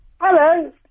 Hello